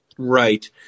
Right